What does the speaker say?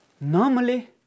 normally